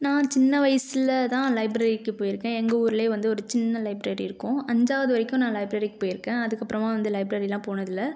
நான் சின்ன வயசில்தான் லைப்ரரிக்கு போயிருக்கேன் எங்கள் ஊர்லேயே வந்து ஒரு சின்ன லைப்ரரி இருக்கும் அஞ்சாவது வரைக்கும் நான் லைப்ரரிக்கு போயிருக்கேன் அதுக்கப்புறமா வந்து லைப்ரரியெலாம் போனது இல்லை